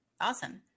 awesome